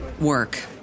work